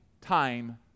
time